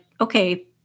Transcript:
okay